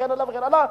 וכן הלאה וכן הלאה.